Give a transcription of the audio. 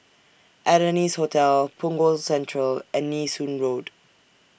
Adonis Hotel Punggol Central and Nee Soon Road